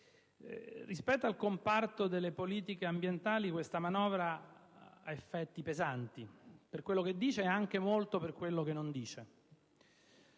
rispetto al comparto delle politiche ambientali questa manovra ha effetti pesanti, per quello che dice e molto anche per quello che non dice.